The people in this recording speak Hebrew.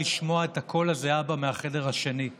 אני עדיין מזכיר לעצמי את מה שאמרו חבריי כאן לפני: 95%